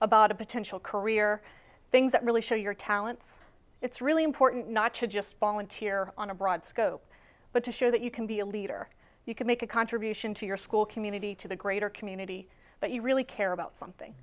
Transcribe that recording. about a potential career things that really show your talents it's really important not to just volunteer on a broad scope but to show that you can be a leader you can make a contribution to your school community to the greater community but you really care about something